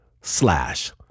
slash